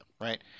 right